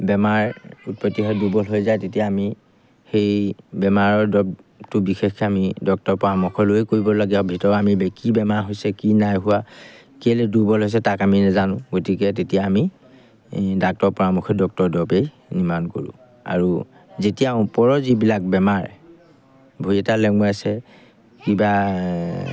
বেমাৰ উৎপত্তি হয় দুৰ্বল হৈ যায় তেতিয়া আমি সেই বেমাৰৰ দৰবটো বিশেষকৈ আমি ডক্টৰৰ পৰামৰ্শ লৈয়ে কৰিবলগীয়া ভিতৰৰ আমি কি বেমাৰ হৈছে কি নাই হোৱা কেলৈ দুৰ্বল হৈছে তাক আমি নাজানো গতিকে তেতিয়া আমি এই ডাক্টৰৰ পৰামৰ্শ ডক্টৰৰ দৰবেই নিবাৰণ কৰোঁ আৰু যেতিয়া ওপৰৰ যিবিলাক বেমাৰ ভৰি এটা লেঙুৱাইছে কিবা